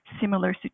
similar